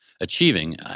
achieving